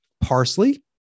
parsley